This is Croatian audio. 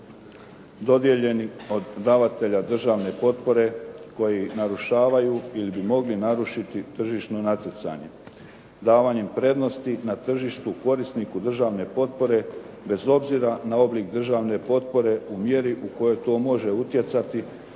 dodijeljeni od davatelja državne potpore koji narušavaju ili bi mogli narušiti tržišno natjecanje, davanjem prednosti na tržištu korisniku državne potpore bez obzira na oblik državne potpore u mjeri u kojoj to može utjecati